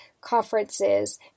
conferences